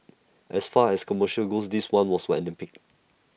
as far as commercials go this one was an epic